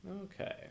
Okay